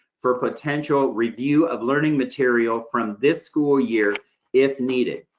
for potential review of learning material from this school year if needed.